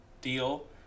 deal